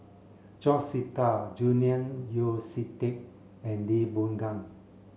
George Sita Julian Yeo See Teck and Lee Boon Ngan